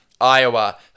Iowa